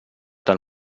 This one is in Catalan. del